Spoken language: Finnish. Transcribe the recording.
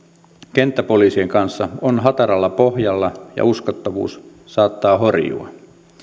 kenttäpoliisien kanssa on hataralla pohjalla ja uskottavuus saattaa horjua